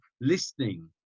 listening